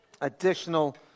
additional